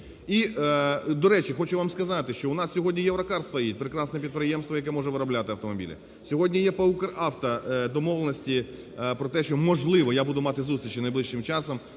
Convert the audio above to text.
І, до речі, хочу вам сказати, що у нас сьогодні "Єврокар" стоїть - прекрасне підприємство, яке може виробляти автомобілі. Сьогодні є по "УкрАВТО" домовленості про те, що - можливо, я буду мати зустрічі найближчим часом,